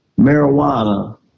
marijuana